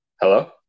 Hello